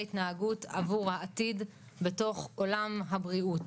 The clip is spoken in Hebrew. התנהגות עבור העתיד בתוך עולם הבריאות.